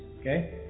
okay